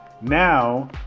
Now